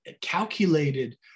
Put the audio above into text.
calculated